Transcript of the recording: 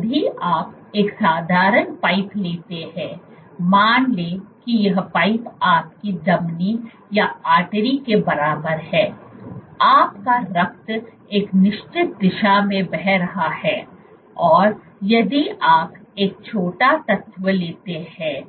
यदि आप एक साधारण पाइप लेते हैं मान लें कि यह पाइप आपकी धमनी के बराबर है आपका रक्त एक निश्चित दिशा में बह रहा है और यदि आप एक छोटा तत्व लेते हैं